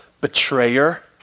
betrayer